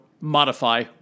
modify